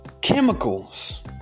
chemicals